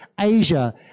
Asia